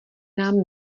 nám